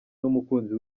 n’umukunzi